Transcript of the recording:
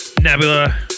Nebula